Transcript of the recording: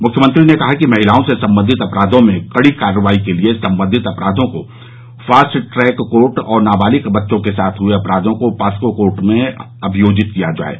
मुख्यमंत्री ने कहा कि महिलाओं से संबंधित अपराधों में कड़ी कार्रवाई के लिए संबंधित अपराधों को फास्ट ट्रैक कोर्ट और नाबालिक बच्चों के साथ हुए अपराधों को पास्को कोर्ट में अमियोजित कराया जाये